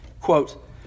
Quote